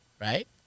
right